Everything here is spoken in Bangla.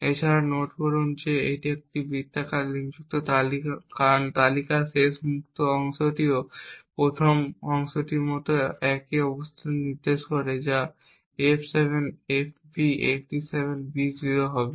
এছাড়াও নোট করুন যে এটি একটি বৃত্তাকার লিঙ্কযুক্ত তালিকা কারণ তালিকার শেষ মুক্ত অংশটিও প্রথম অংশটির মতো একই অবস্থান নির্দেশ করে যা f7fb87b0 হবে